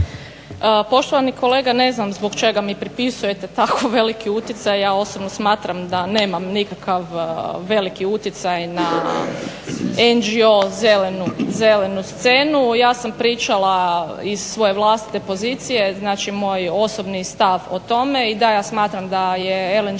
Poštovani kolega, ne znam zbog čega mi pripisujete tako veliki utjecaj. Ja osobno smatram nemam nikakav veliki utjecaj na NGO zelenu scenu. Ja sam pričala iz svoje vlastite pozicije, znači moj osobni stav o tom, i da ja smatram da je LNG